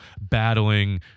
battling